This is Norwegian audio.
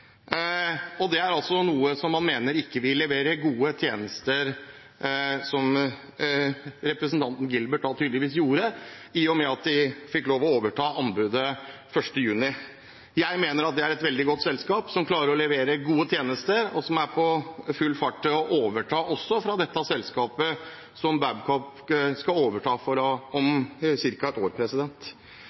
faglighet. Man mener altså at de ikke leverer gode tjenester – som Mads Gilbert tydeligvis mener – selv om de fikk overta fra 1. juni. Jeg mener at det er et veldig godt selskap, som klarer å levere gode tjenester, og som er på full fart til å overta for det selskapet som Babcock skal overta for om ca. ett år.